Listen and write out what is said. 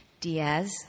Diaz